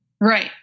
Right